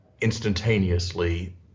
instantaneously